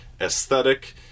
aesthetic